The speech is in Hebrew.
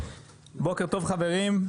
בוקר טוב חברים,